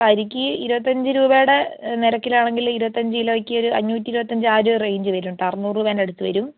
അപ്പം അരിക്ക് ഇരുപത്തി അഞ്ച് രൂപയുടെ ന നിരക്കിലാണെങ്കിൽ ഇരുപത്തി അഞ്ച് കിലോയ്ക്ക് അഞ്ഞൂറ്റി ഇരുപത്തി അഞ്ച് അഞ്ച് വരും കേട്ടോ അറൂനൂറ് രൂപൻ്റെടുത്ത് വരും